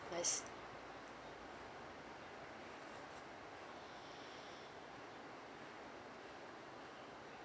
I see